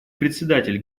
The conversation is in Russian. председатель